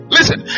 Listen